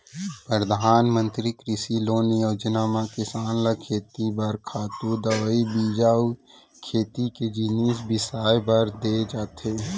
परधानमंतरी कृषि लोन योजना म किसान ल खेती बर खातू, दवई, बीजा अउ खेती के जिनिस बिसाए बर दे जाथे